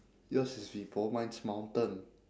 yours is vepo mine's mountain